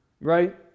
right